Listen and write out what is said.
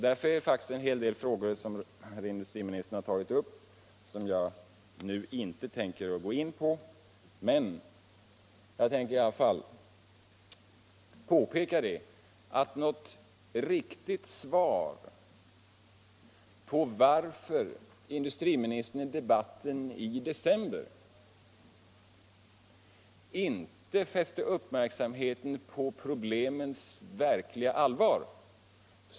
Därför är det faktiskt en hel del frågor som herr industriministern tagit upp som jag nu inte tänker gå in på. Men jag vill i alla fall påpeka att den omständigheten att industriministern i debatten i december inte gav något riktigt svar och inte fäste uppmärksamheten på problemens verkliga innebörd.